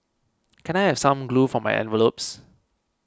can I have some glue for my envelopes